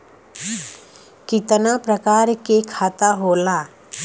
कितना प्रकार के खाता होला?